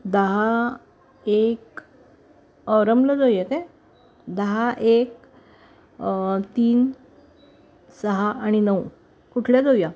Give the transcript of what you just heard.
दहा एक औरमला जाऊया काय दहा एक तीन सहा आणि नऊ कुठल्या जाऊया